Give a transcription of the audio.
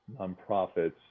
nonprofits